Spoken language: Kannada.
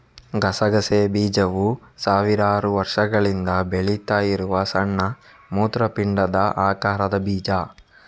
ಗಸಗಸೆ ಬೀಜವು ಸಾವಿರಾರು ವರ್ಷಗಳಿಂದ ಬೆಳೀತಾ ಇರುವ ಸಣ್ಣ ಮೂತ್ರಪಿಂಡದ ಆಕಾರದ ಬೀಜ